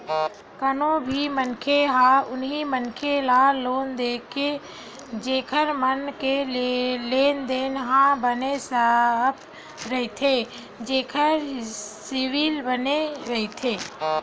कोनो भी मनखे ह उही मनखे ल लोन देथे जेखर मन के लेन देन ह बने साफ रहिथे जेखर सिविल बने रहिथे